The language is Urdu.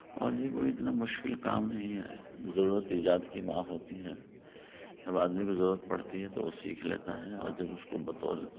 اور یہ کوئی اتنا مشکل کام نہیں ہے ضرورت ایجاد کی ماں ہوتی ہے جب آدمی کو ضرورت پڑتی ہے تو وہ سیکھ لیتا ہے اور جب اس کو بطور